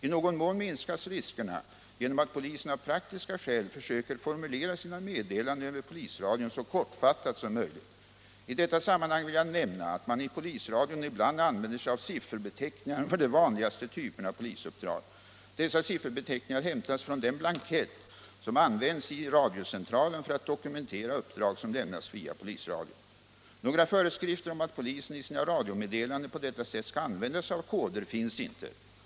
I någon mån minskas riskerna genom att polisen av praktiska skäl försöker formulera sina meddelanden över Om skydd för den enskildes integritet vid avlyssnande av polisens kommunikationsradio enskildes integritet vid avlyssnande av polisens kommunikationsradio polisradion så kortfattat som möjligt. I detta sammanhang vill jag nämna att man i polisradion ibland använder sig av sifferbeteckningar för de vanligaste typerna av polisuppdrag. Dessa sifferbeteckningar hämtas från den blankett som används i radiocentralen för att dokumentera uppdrag som lämnas via polisradion. Några föreskrifter om att polisen i sina radiomeddelanden på detta sätt skall använda sig av koder finns inte.